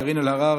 קארין אלהרר,